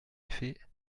effet